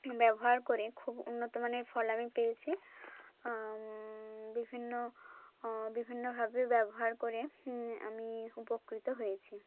ব্যবহার করে খুব উন্নতমানের ফল আমি পেয়েছি বিভিন্ন বিভিন্নভাবে ব্যবহার করে আমি উপকৃত হয়েছি